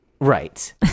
right